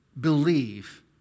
believe